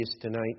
tonight